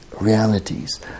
realities